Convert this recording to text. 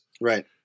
Right